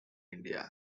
india